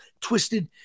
twisted